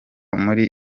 muri